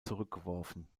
zurückgeworfen